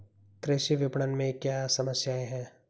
कृषि विपणन में क्या समस्याएँ हैं?